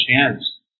chance